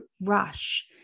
rush